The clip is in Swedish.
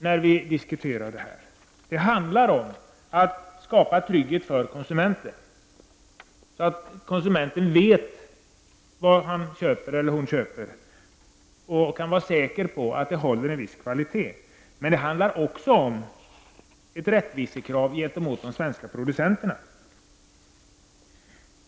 Det handlar också om att skapa trygghet för konsumenterna så att de vet vad de köper och kan vara säkra på att produkterna håller en viss kvalitet. Men det handlar också om ett rättvisekrav gentemot de svenska producenterna.